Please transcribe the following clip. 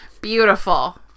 Beautiful